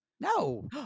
No